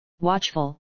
watchful